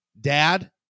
dad